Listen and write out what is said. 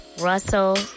Russell